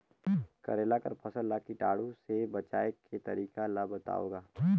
करेला कर फसल ल कीटाणु से बचाय के तरीका ला बताव ग?